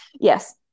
Yes